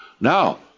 Now